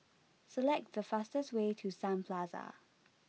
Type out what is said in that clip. select the fastest way to Sun Plaza